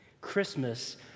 Christmas